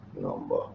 number